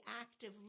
active